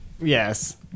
Yes